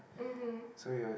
mmhmm